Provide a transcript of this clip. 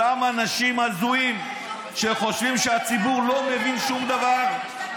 אותם אנשים הזויים שחושבים שהציבור לא מבין שום דבר,